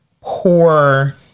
poor